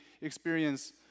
experience